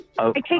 Okay